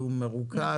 והוא מרוכז,